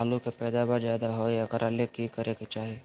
आलु के पैदावार ज्यादा होय एकरा ले की करे के चाही?